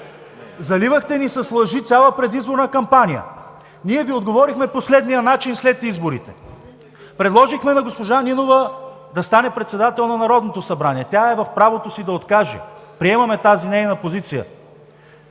Заливате ни с лъжи цяла предизборна кампания. Ние Ви отговорихме по следния начин след изборите: предложихме на госпожа Нинова да стане председател на Народното събрание. Тя е в правото си да откаже, приемаме тази нейна позиция.